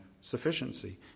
sufficiency